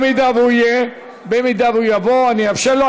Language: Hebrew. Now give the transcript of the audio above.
אם הוא יהיה, אם הוא יבוא, אני אאפשר לו.